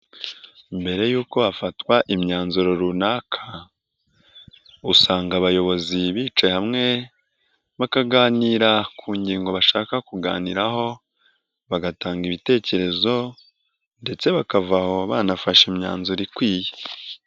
Mbere y'uko hafatwa imyanzuro runaka usanga abayobozi bicaye hamwe bakaganira ku ngingo bashaka kuganiraho bagatanga ibitekerezo ndetse bakava aho banafashe imyanzuro ikwiye.